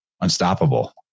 unstoppable